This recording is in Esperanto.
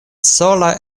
sola